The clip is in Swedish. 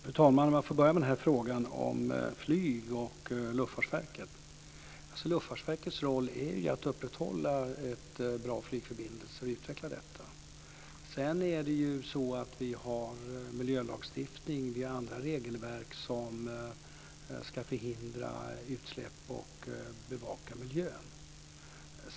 Fru talman! Låt mig börja med frågan om flyget och Luftfartsverket. Luftfartsverkets roll är ju att utveckla och upprätthålla bra flygförbindelser. Sedan har vi miljölagstiftning och andra regelverk som ska förhindra utsläpp och bevaka miljön.